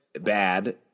bad